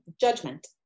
judgment